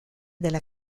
della